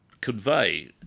convey